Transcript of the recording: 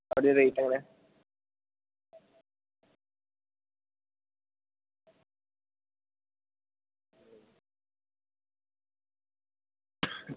അതിൻ്റെ റേറ്റ് എങ്ങനെ